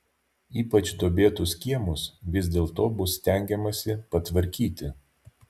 ypač duobėtus kiemus vis dėlto bus stengiamasi patvarkyti